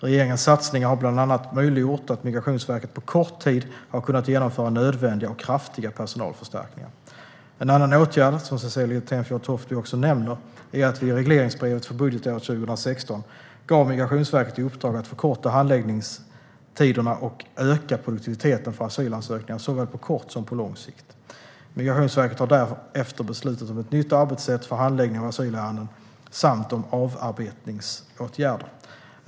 Regeringens satsningar har bland annat möjliggjort att Migrationsverket på kort tid har kunnat genomföra nödvändiga och kraftiga personalförstärkningar. En annan åtgärd, som Cecilie Tenfjord-Toftby också nämner, är att vi i regleringsbrevet för budgetåret 2016 gav Migrationsverket i uppdrag att förkorta handläggningstiderna och öka produktiviteten för asylansökningar såväl på kort som på lång sikt. Migrationsverket har därefter beslutat om ett nytt arbetssätt för handläggning av asylärenden samt om avarbetningsåtgärder.